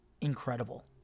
incredible